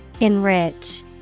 enrich